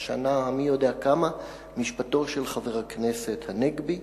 בשנה המי-יודע-כמה, משפטו של חבר הכנסת הנגבי,